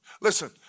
Listen